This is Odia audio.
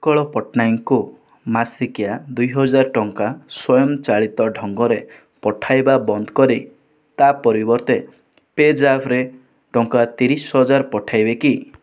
ଉତ୍କଳ ପଟ୍ଟନାୟକଙ୍କୁ ମାସିକିଆ ଦୁଇ ହଜାର ଟଙ୍କା ସ୍ୱୟଂ ଚାଳିତ ଢଙ୍ଗରେ ପଠାଇବା ବନ୍ଦ କରି ତା' ପରିବର୍ତ୍ତେ ପେଜାପ୍ ରେ ଟଙ୍କା ତିରିଶ ହଜାର ପଠାଇବେ କି